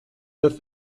neuf